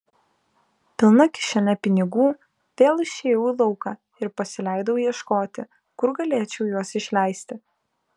pilna kišene pinigų vėl išėjau į lauką ir pasileidau ieškoti kur galėčiau juos išleisti